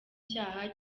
cyaha